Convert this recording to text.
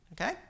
okay